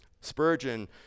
Spurgeon